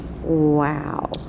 Wow